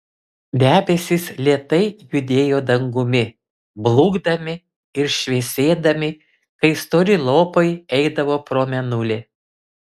debesys lėtai judėjo dangumi blukdami ir šviesėdami kai stori lopai eidavo pro mėnulį